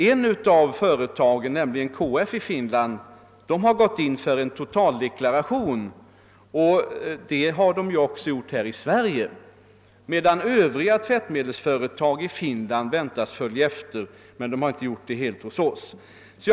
Ett av företagen i Finland, nämligen KF, har gått in för en totaldeklaration — det har också KF här i Sverige gjort — och övriga tvättmedelsföretag i Finland väntas följa efter. Det har de inte gjort helt hos oss.